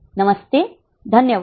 नमस्ते धन्यवाद